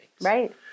right